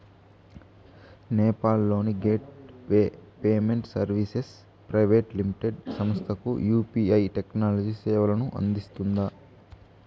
నేపాల్ లోని gateway payment services private limited సంస్థకు UPI technology సేవలను అందిస్తుందా?